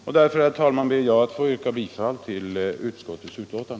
Med det anförda, herr talman, ber jag att få yrka bifall till utskottets hemställan.